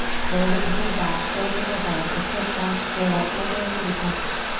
pull the pinkies back, open your heart, lift your chest, feel that opening through the pecs.